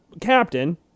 captain